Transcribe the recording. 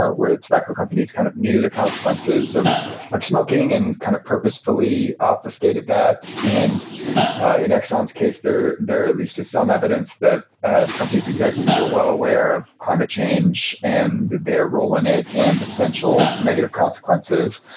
ah where the tobacco companies kind of knew the consequences of of smoking and kind of purposefully obfuscated that. and in exxon's case, there there at least to some evidence that ah the company's executives were well aware of climate change and their role in it and the potential of negative consequences,